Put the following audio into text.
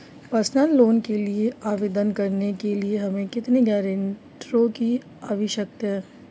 Personal loan के लिए आवेदन करने के लिए हमें कितने गारंटरों की आवश्यकता है?